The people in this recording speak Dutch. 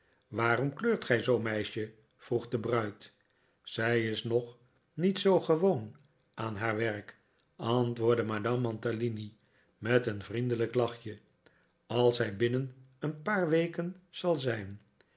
waarom kleurt gij zoo meisje vroeg de bruid zij is nog niet zoo gewoon aan haar werk antwoordde madame mantalini met een vriendelijk lachje als zij binnen een paar weken zal zijn